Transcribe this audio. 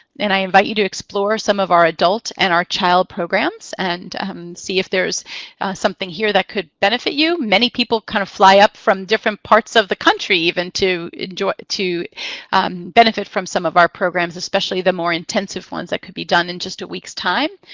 and i invite you to explore some of our adult and our child programs, and see if there's something here that could benefit you. many people kind of fly up from different parts of the country even to benefit from some of our programs, especially the more intensive ones that could be done in just a week's time.